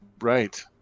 Right